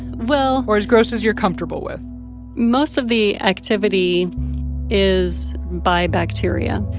well. or as gross as you're comfortable with most of the activity is by bacteria,